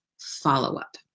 follow-up